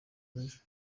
w’ejo